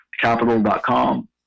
capital.com